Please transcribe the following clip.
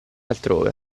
altrove